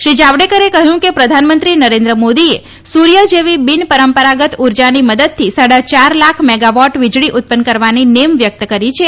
શ્રી જાવડેકરે કહયું કે પ્રધાનમંત્રી નરેન્દ્ર મોદીએ સુર્થ જેવી બીન પરંપરાગત ઉર્જાની મદદથી સાડા ચાર લાખ મેગા વોટ વિજળી ઉત્પન્ન કરવાની નેમ વ્યકત કરી છે